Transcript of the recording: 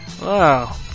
Wow